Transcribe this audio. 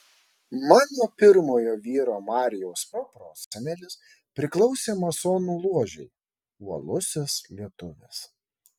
mano pirmojo vyro marijaus proprosenelis priklausė masonų ložei uolusis lietuvis